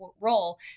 role